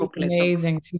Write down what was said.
amazing